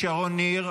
שרון ניר,